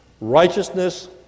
Righteousness